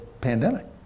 pandemic